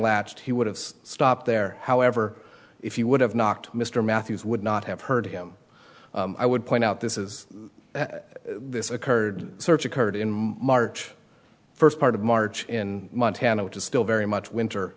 latched he would have stopped there however if you would have knocked mr matthews would not have heard him i would point out this is this occurred search occurred in march first part of march in montana which is still very much winter